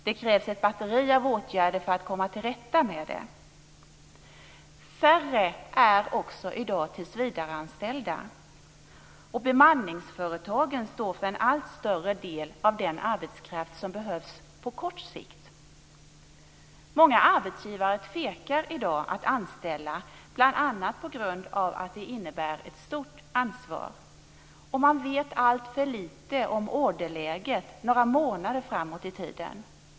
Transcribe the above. Det krävs ett batteri av åtgärder för att komma till rätta med detta. Färre är också i dag tillsvidareanställda. Bemanningsföretagen står för en allt större del av den arbetskraft som behövs på kort sikt. Många arbetsgivare tvekar i dag att anställa bl.a. på grund av att det innebär ett stort ansvar, och man vet alltför lite om orderläget några månader framåt i tiden.